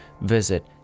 visit